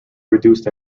reduced